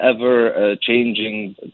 ever-changing